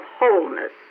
wholeness